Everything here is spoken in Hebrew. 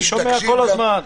אני שומע כל הזמן.